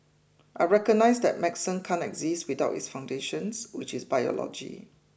I recognise that medicine can't exist without its foundations which is biology